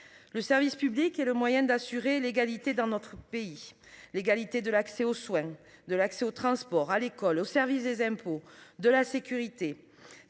Le service public et le moyen d'assurer l'égalité dans notre pays. L'égalité de l'accès aux soins de l'accès aux transports, à l'école au service des impôts, de la sécurité